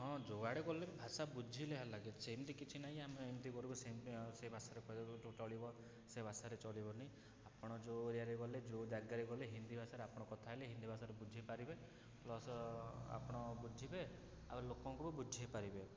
ହଁ ଯୁଆଡ଼େ ଗଲେ ବି ଭାଷା ବୁଝିଲେ ହେଲା କିଛି ଏମିତି କିଛି ନାହିଁ ଆମେ ଏମିତି କରିବୁ ସେଥିପାଇଁ ଆଉ ସେ ଭାଷାରେ କହିବାକୁ ଚଳିବ ସେ ଭାଷାରେ ଚଳିବନି ଆପଣ ଯେଉଁ ଏରିଆ ରେ ଗଲେ ଯେଉଁ ଜାଗାରେ ଗଲେ ହିନ୍ଦୀ ଭାଷାରେ ଆପଣ କଥା ହେଲେ ହିନ୍ଦୀ ଭାଷାରେ ବୁଝିପାରିବେ ପ୍ଲସ୍ ଆପଣ ବୁଝିବେ ଆଉ ଲୋକଙ୍କୁ ବୁଝେଇପାରିବେ